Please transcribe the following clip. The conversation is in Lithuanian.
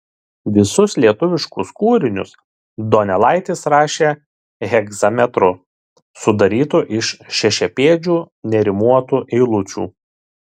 visus lietuviškus kūrinius donelaitis rašė hegzametru sudarytu iš šešiapėdžių nerimuotų eilučių